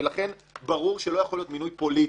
ולכן ברור שלא יכול להיות מינוי פוליטי.